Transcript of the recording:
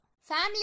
Family